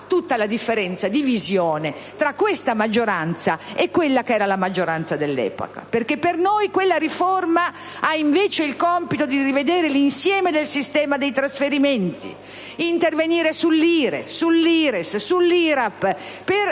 tutta la differenza di visione tra questa maggioranza e quella che era la maggioranza dell'epoca. Per noi, quella riforma ha il compito di rivedere l'insieme del sistema dei trasferimenti, di intervenire sull'IRE, sull'IRES e sull'IRAP per